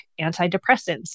antidepressants